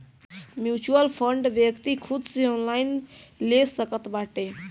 mutual fund व्यक्ति खुद से ऑनलाइन ले सकत बाटे